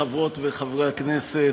חברות וחברי הכנסת,